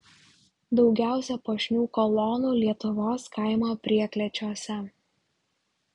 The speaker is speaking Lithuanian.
daugiausia puošnių kolonų lietuvos kaimo prieklėčiuose